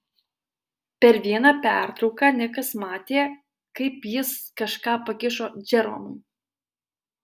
per vieną pertrauką nikas matė kaip jis kažką pakišo džeromui